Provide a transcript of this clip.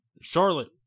Charlotte